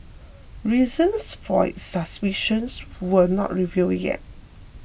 reasons for its suspicion were not revealed yet